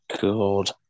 God